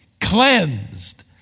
cleansed